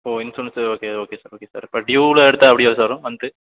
ஓ insurance okay okay sir okay sir இப்போ ட்யூவ்வில எடுத்தால் எப்படி வரும் சார் வரும் மந்த்து